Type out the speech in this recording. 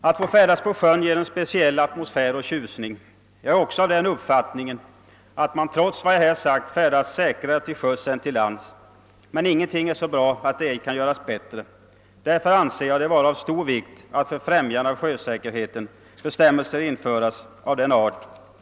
Att färdas på sjön ger en speciell atmosfär och tjusning. Jag har också den uppfattningen att man trots vad jag här sagt färdas säkrare till sjöss än till lands, men ingenting är så bra att det ej kan göras bättre. Därför anser jag det vara av stor vikt att för främjande av sjösäkerheten bestämmelser införs av den art jag här nämnt.